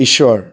ঈশ্বৰ